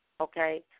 okay